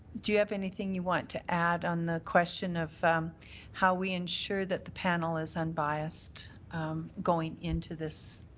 do you have anything you want to add on the question of how we ensure that the panel is unbiased going into this